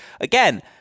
again